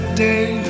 day